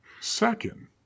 Second